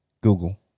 Google